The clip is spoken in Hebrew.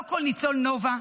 לא כל ניצול נובה,